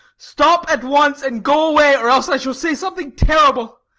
stop at once and go away, or else i shall say something terrible.